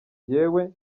jyewe